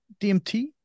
DMT